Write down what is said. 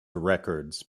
records